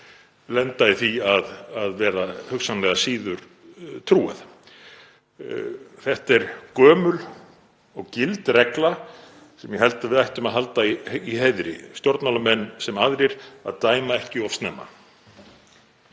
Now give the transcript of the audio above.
lenda í því að vera hugsanlega síður trúað. Þetta er gömul og gild regla sem ég held að við ættum að halda í heiðri, stjórnmálamenn sem aðrir, að dæma ekki of snemma.